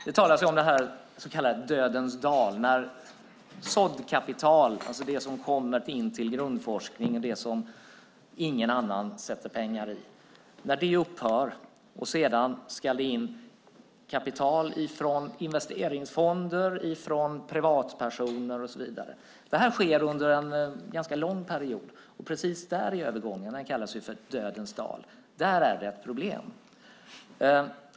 Det talas om den så kallade dödens dal, när såddkapital, alltså det som kommer in till grundforskning och det som ingen annan satsar pengar på, upphör och det sedan ska in kapital från investeringsfonder, privatpersoner och så vidare. Det här sker under en ganska lång period. Det är precis övergången där som kallas för dödens dal. Där är det problem.